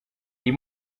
iyi